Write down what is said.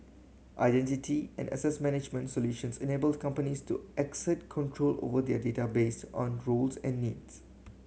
identity and access management solutions enable companies to exert control over their data based on roles and needs